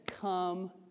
come